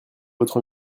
votre